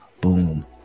Boom